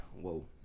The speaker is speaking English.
Whoa